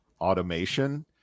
automation